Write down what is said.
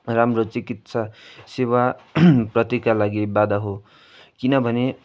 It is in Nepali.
राम्रो चिकित्सा सेवा प्रतिका लागि बाधा हो किनभने